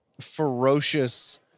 ferocious